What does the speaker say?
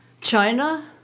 china